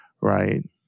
right